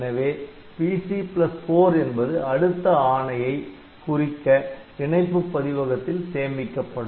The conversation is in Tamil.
எனவே PC4 என்பது அடுத்த ஆணையை குறிக்க இணைப்பு பதிவகத்தில் சேமிக்கப்படும்